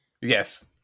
Yes